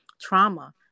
trauma